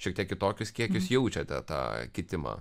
šiek tiek kitokius kiekius jaučiate tą kitimą